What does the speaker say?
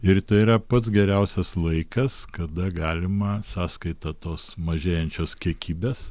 ir tai yra pats geriausias laikas kada galima sąskaita tos mažėjančios kiekybės